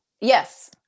yes